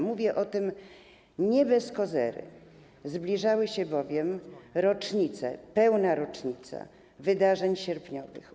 Mówię o tym nie bez kozery, zbliża się bowiem pełna rocznica wydarzeń sierpniowych.